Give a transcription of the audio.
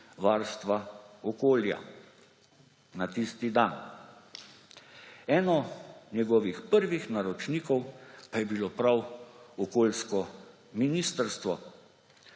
varstva okolja. Na tisti dan! En njegovih prvih naročnikov pa je bilo prav okoljsko ministrstvo.